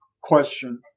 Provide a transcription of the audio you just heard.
question